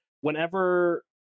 whenever